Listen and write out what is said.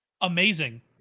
amazing